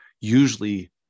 usually